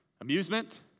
Amusement